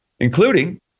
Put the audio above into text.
including